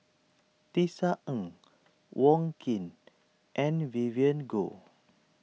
Tisa Ng Wong Keen and Vivien Goh